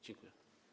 Dziękuję.